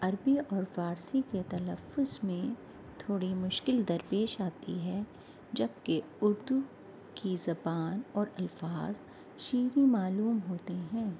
عربی اور فارسی کے تلفظ میں تھوڑی مشکل درپیش آتی ہے جب کہ اردو کی زبان اور الفاظ شیریں معلوم ہوتے ہیں